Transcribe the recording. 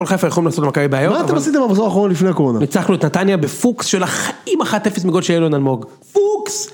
מה אתם עשיתם במחזור האחרון לפני הקורונה? ניצחנו את נתניה בפוקס של אחת... עם 1-0 מגודל של אילון אלמוג. פוקס!